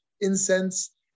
incense